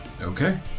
Okay